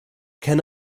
can